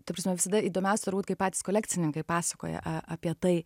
ta prasme visada įdomiausia turbūt kai patys kolekcininkai pasakoja a apie tai